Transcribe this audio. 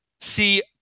see